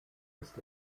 ist